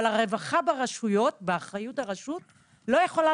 אבל הרווחה באחריות הרשויות לא יכולה